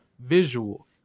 visual